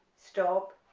stop,